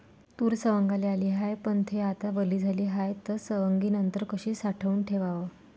तूर सवंगाले आली हाये, पन थे आता वली झाली हाये, त सवंगनीनंतर कशी साठवून ठेवाव?